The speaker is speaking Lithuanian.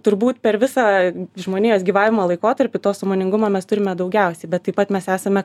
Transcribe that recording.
turbūt per visą žmonijos gyvavimo laikotarpį to sąmoningumo mes turime daugiausiai bet taip pat mes esame